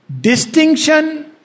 Distinction